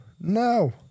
no